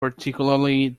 particularly